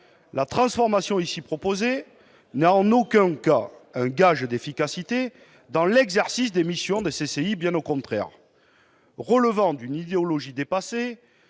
La transformation ici proposée n'est en aucun cas un gage d'efficacité dans l'exercice des missions des CCI, bien au contraire. Relevant d'une idéologie dépassée,